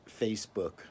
Facebook